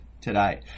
today